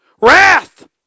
Wrath